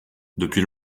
depuis